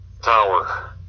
Tower